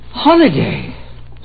Holiday